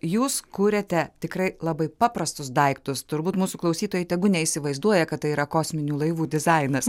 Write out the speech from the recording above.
jūs kuriate tikrai labai paprastus daiktus turbūt mūsų klausytojai tegu neįsivaizduoja kad tai yra kosminių laivų dizainas